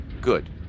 good